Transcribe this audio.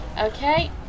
Okay